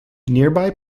nearby